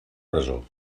presó